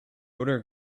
other